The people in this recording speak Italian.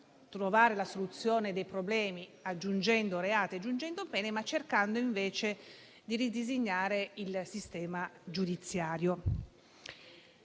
trovare la soluzione dei problemi, aggiungendo reati e pene, cercando invece ora di ridisegnare il sistema giudiziario.